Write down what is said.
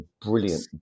brilliant